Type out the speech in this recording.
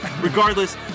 Regardless